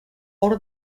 hor